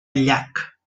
llac